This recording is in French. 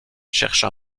cherche